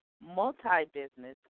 multi-business